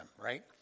right